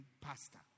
pastor